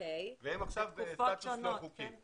והם עכשיו בסטטוס לא חוקי.